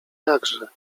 jakże